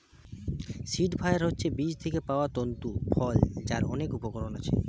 seed fibre হচ্ছে বীজ থিকে পায়া তন্তু ফল যার অনেক উপকরণ আছে